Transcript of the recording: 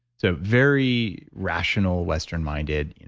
so very rational western minded.